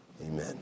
amen